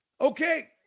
Okay